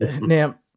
Now